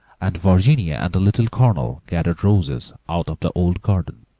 and virginia and the little colonel gathered roses out of the old garden,